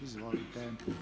Izvolite,